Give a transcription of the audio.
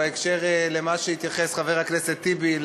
בהקשר למה שהתייחס חבר הכנסת טיבי,